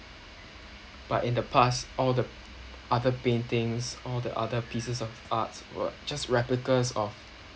but in the past all the other paintings all the other pieces of arts were just replicas of